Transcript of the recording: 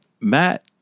Matt